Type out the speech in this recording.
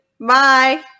bye